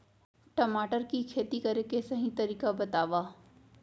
टमाटर की खेती करे के सही तरीका बतावा?